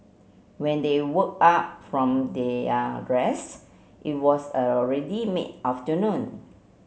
when they woke up from their rest it was already mid afternoon